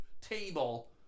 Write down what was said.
table